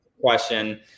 question